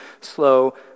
slow